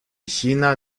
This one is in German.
china